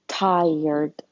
Tired